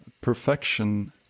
Perfection